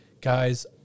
guys